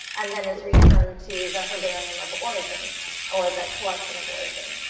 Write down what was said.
and then is returned to the herbarium of origin or the collection of origin.